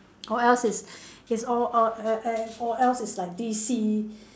or else is is all all err err or else is like D_C